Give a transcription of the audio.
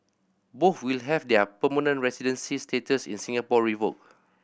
both will have their permanent residency status in Singapore revoked